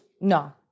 No